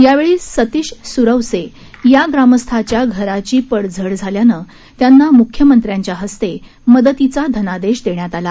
यावेळी सतीश सुरवसे या ग्रामस्थाच्या घराची पडझड झाल्यानं त्यांना मुख्यमंत्र्यांच्या हस्ते मदतीचा धनादेश देण्यात आला